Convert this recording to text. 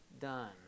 done